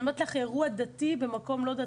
אני אומרת לך אירוע דתי במקום לא דתי.